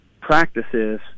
practices